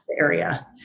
area